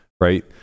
right